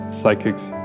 psychics